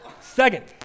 Second